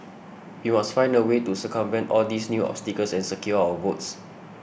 we must find a way to circumvent all these new obstacles and secure our votes